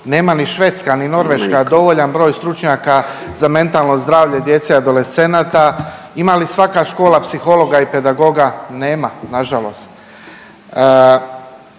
Nema ni Švedska, ni Norveška dovoljan broj stručnjaka za mentalno zdravlje djece adolescenata. Ima li svaka škola psihologa i pedagoga? Nema, nažalost.